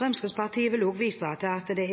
Fremskrittspartiet vil også vise til at det er